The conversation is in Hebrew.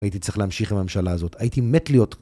הייתי צריך להמשיך עם הממשלה הזאת, הייתי מת להיות.